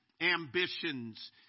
ambitions